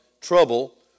trouble